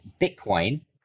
Bitcoin